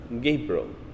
Gabriel